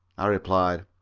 i replied.